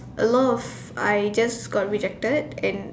a lot of I just got rejected and